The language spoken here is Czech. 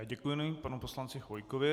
Děkuji panu poslanci Chvojkovi.